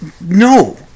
no